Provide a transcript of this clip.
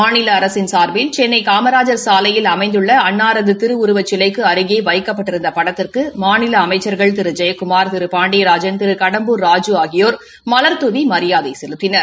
மாநில அரசின் சார்பில் சென்னை காமராஜர் சாலையில் அமைந்துள்ள அன்னாரது திருவுருவச் சிலைக்கு அருகே வைக்கப்பட்டிருந்த படத்திற்கு மாநில அமைச்சள்கள் திரு ஜெயக்குமார் திரு பாண்டியராஜன் திரு கடம்பூர் ராஜூ ஆகியோர் மலர்தூவி மரியாதை செலுத்தினர்